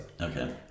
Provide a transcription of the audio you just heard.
Okay